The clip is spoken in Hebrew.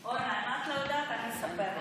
אורנה, אם את לא יודעת, אני אספר לך.